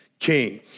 king